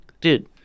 dude